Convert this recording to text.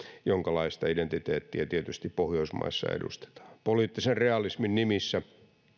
jonkalaista identiteettiä tietysti pohjoismaissa edustetaan poliittisen realismin nimissä